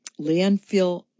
Landfill